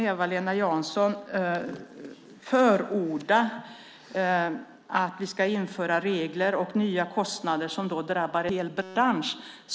Eva-Lena Jansson förordar att vi ska införa regler och nya kostnader som drabbar en hel bransch.